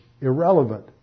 irrelevant